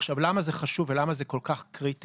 עכשיו, למה זה חשוב ולמה זה כל כך קריטי?